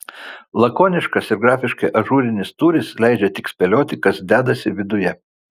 lakoniškas ir grafiškai ažūrinis tūris leidžia tik spėlioti kas dedasi viduje